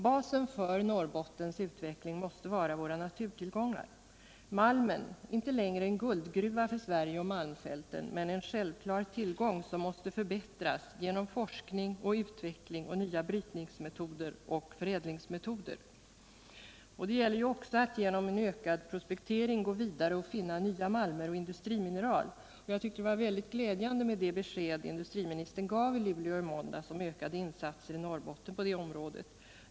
Basen för Norrbottens utveckling måste vara våra naturtillgångar. Malmen är inte längre en guldgruva för Sverige och malmfälten men en självklar tillgång som måste förbättras genom forskning och utveckling samt nya brytnings och förädlingsmetoder. Det gäller också att genom ökad prospektering gå vidare och hitta nya malmer och industrimineral. Jag tycker därför att det var ett mycket glädjande besked som industriministern gav i Luleå i måndags om ökade insatser i Norrbotten på det området.